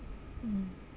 mm